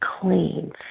clean